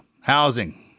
Housing